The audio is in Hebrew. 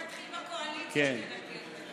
בוא נתחיל בקואליציה שתנקה את פתח ביתה,